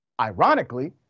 Ironically